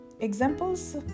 Examples